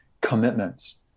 commitments